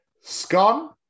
scone